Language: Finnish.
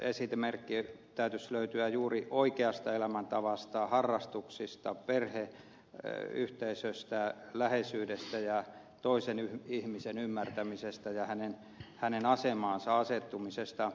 esimerkin täytyisi löytyä juuri oikeasta elämäntavasta harrastuksista perheyhteisöstä läheisyydestä ja toisen ihmisen ymmärtämisestä ja hänen asemaansa asettumisesta